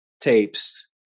tapes